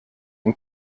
ein